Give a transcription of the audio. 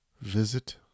visit